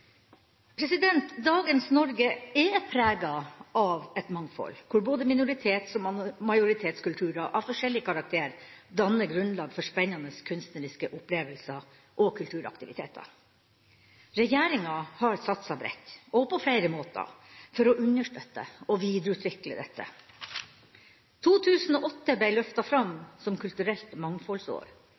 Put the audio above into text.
Dagens Norge er preget av et mangfold hvor både minoritets- og majoritetskulturer av forskjellig karakter danner grunnlag for spennende kunstneriske opplevelser og kulturaktiviteter. Regjeringa har satset bredt, og på flere måter, for å understøtte og videreutvikle dette. 2008 ble løftet fram som kulturelt mangfoldsår,